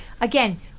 again